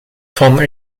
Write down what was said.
van